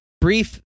brief